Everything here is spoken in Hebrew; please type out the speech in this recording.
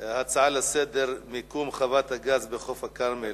הצעה לסדר-היום: מיקום חוות הגז בחוף הכרמל.